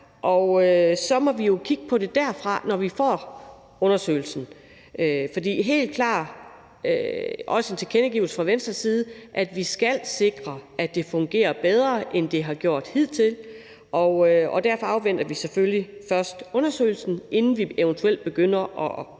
Og så må vi jo kigge på det derfra, når vi får undersøgelsen. For der er helt klart også en tilkendegivelse fra Venstres side af, at vi skal sikre, at det fungerer bedre, end det har gjort hidtil, og derfor afventer vi selvfølgelig først undersøgelsen, inden vi eventuelt begynder at ændre